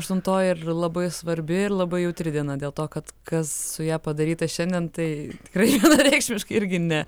aštuntoji ir labai svarbi ir labai jautri diena dėl to kad kas su ja padaryta šiandien tai tikrai vienareikšmiškai irgi ne